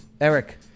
Eric